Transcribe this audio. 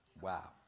Wow